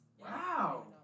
wow